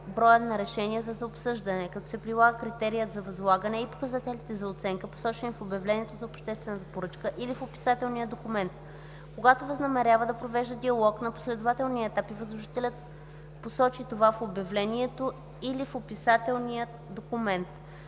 броят на решенията за обсъждане, като се прилагат критерият за възлагане и показателите за оценка, посочени в обявлението за обществената поръчка или в описателния документ. Когато възнамерява да провежда диалог на последователни етапи, възложителят посочи това в обявлението или в описателния документ.